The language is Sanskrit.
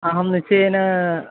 अहं निश्चयेन